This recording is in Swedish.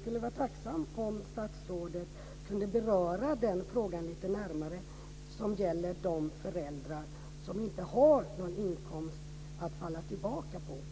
skulle vara tacksam om statsrådet lite närmare kunde beröra den fråga som gäller de föräldrar som inte har någon inkomst att falla tillbaka på.